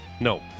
No